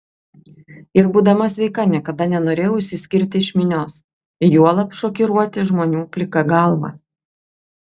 ir būdama sveika niekada nenorėjau išsiskirti iš minios juolab šokiruoti žmonių plika galva